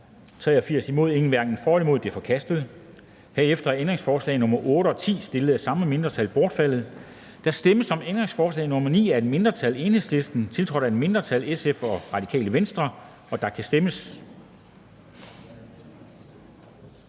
0. Ændringsforslaget er forkastet. Herefter er ændringsforslag nr. 8 og 10, stillet af det samme mindretal, bortfaldet. Der stemmes om ændringsforslag nr. 9, af et mindretal (EL), tiltrådt af et mindretal (SF og RV), og der kan stemmes.